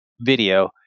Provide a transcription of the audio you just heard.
video